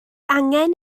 angen